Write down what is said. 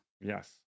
Yes